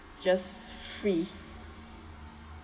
just free